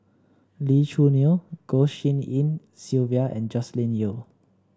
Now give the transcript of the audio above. Lee Choo Neo Goh Tshin En Sylvia and Joscelin Yeo